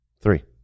Three